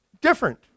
different